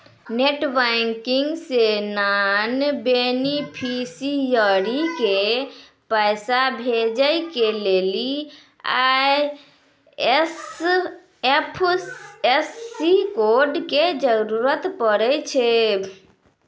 net banking से non beneficiary के पैसा भेजै के लेली आई.एफ.एस.सी कोड के जरूरत पड़ै छै